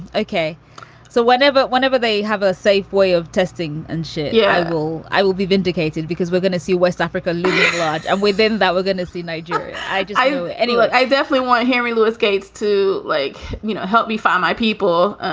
okay so whatever, whenever they have a safe way of testing and shit. yeah i will, i will be vindicated because we're going to see west africa and within that we're going to see nigeria. i just. anyway, i definitely want to henry louis gates to like, you know, help me find my people.